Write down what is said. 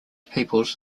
peoples